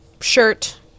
shirt